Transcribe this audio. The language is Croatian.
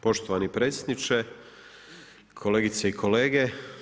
Poštovani predsjedniče, kolegice i kolege.